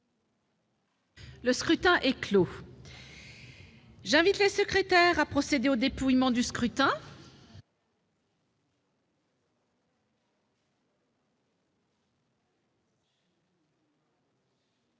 Le scrutin est clos. J'invite Mmes et MM. les secrétaires à procéder au dépouillement du scrutin.